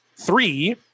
three